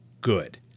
good